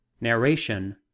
Narration